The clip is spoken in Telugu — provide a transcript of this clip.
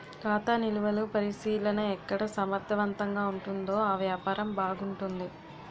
ఖాతా నిలువలు పరిశీలన ఎక్కడ సమర్థవంతంగా ఉంటుందో ఆ వ్యాపారం బాగుంటుంది